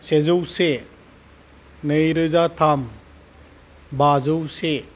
सेजौ से नैरोजा थाम बाजौ से